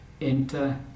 enter